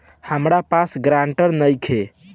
हमरा पास ग्रांटर नइखे?